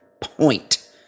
point